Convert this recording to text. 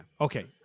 Okay